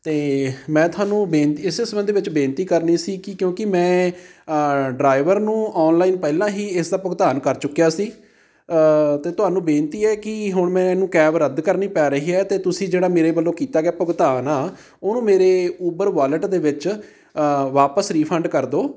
ਅਤੇ ਮੈਂ ਤੁਹਾਨੂੰ ਬੇਨਤੀ ਇਸ ਸੰਬੰਧ ਦੇ ਵਿੱਚ ਬੇਨਤੀ ਕਰਨੀ ਸੀ ਕਿ ਕਿਉਂਕਿ ਮੈਂ ਡਰਾਈਵਰ ਨੂੰ ਔਨਲਾਈਨ ਪਹਿਲਾਂ ਹੀ ਇਸਦਾ ਭੁਗਤਾਨ ਕਰ ਚੁੱਕਿਆ ਸੀ ਅਤੇ ਤੁਹਾਨੂੰ ਬੇਨਤੀ ਹੈ ਕਿ ਹੁਣ ਮੈਨੂੰ ਕੈਬ ਰੱਦ ਕਰਨੀ ਪੈ ਰਹੀ ਹੈ ਅਤੇ ਤੁਸੀਂ ਜਿਹੜਾ ਮੇਰੇ ਵੱਲੋਂ ਕੀਤਾ ਗਿਆ ਭੁਗਤਾਨ ਆ ਉਹਨੂੰ ਮੇਰੇ ਉਬਰ ਵਾਲਟ ਦੇ ਵਿੱਚ ਵਾਪਸ ਰੀਫੰਡ ਕਰ ਦਿਉ